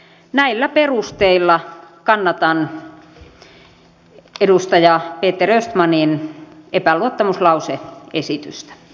näillä perusteilla kannatan edustaja peter östmanin epäluottamuslause esitystä